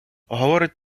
говорить